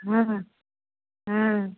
बाय bye हँ